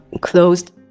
closed